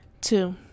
two